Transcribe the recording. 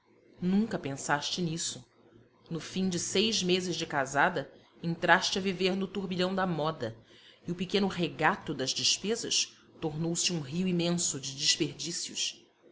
nunca pensaste nisso no fim de seis meses de casada entraste a viver no turbilhão da moda e o pequeno regato das despesas tornou-se um rio imenso de desperdícios